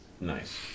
Nice